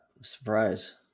Surprise